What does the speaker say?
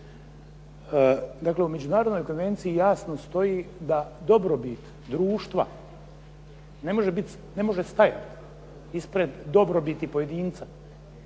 dakle u Međunarodnoj konvenciji jasno stoji da dobrobit društva ne može stajati ispred dobrobiti pojedinca.